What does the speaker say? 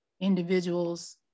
individuals